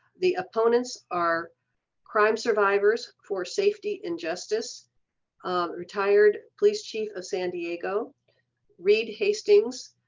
the opponents are crime survivors for safety and justice retired police chief of san diego reed hastings,